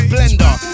Blender